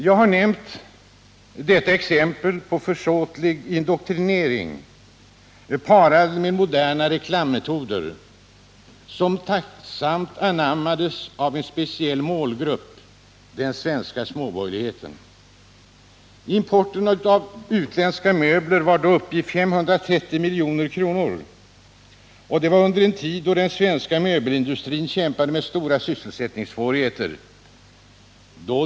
Det är ett exempel på försåtlig indoktrinering parad med moderna reklammetoder som tacksamt anammades av en speciell målgrupp — den svenska småborgerligheten. Importen av utländska möbler var då uppe i 530 milj.kr. Det var under en tid då den svenska möbelindustrin kämpade med stora sysselsättningssvårigheter.